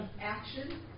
Action